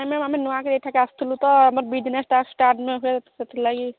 ନାଁ ମ୍ୟାମ୍ ଆମେ ନୂଆ କରିକି ଏଠାକୁ ଆସିଥିଲୁ ତ ଆମର୍ ବିଜନେସ୍ଟା ଷ୍ଟାର୍ଟ ସେଥିଲାଗି